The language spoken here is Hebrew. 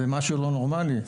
זה משהו לא נורמלי.